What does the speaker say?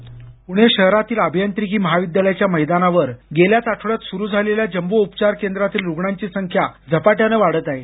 script Pune शहरातील अभियांत्रिकी महाविद्यालयाच्या मैदानावर गेल्याच आठवड्यात सुरु झालेल्या जम्बो उपचार केंद्रातील रुग्णांची संख्या झपाट्यानं वाढत आहे